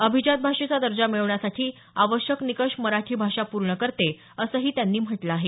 अभिजात भाषेचा दर्जा मिळण्यासाठी आवश्यक निकष मराठी भाषा पूर्ण करते असंही त्यांनी म्हटलं आहे